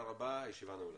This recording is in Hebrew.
תודה רבה, הישיבה נעולה.